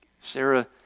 Sarah